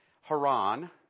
Haran